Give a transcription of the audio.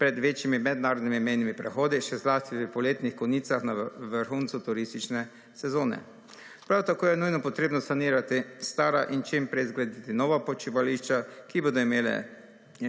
pred večjimi mednarodnimi mejnimi prehodi, še zlasti v poletnih konicah, na vrhunci turistične sezone. Prav tako je nujno potrebno sanirati stara in čimprej zgraditi nova počivališča, ki bodo imele